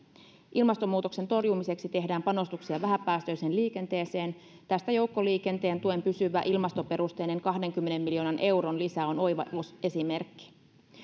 ilmastonmuutoksen torjumiseksi tehdään panostuksia vähäpäästöiseen liikenteeseen tästä joukkoliikenteen tuen pysyvä ilmastoperusteinen kahdenkymmenen miljoonan euron lisä on oiva esimerkki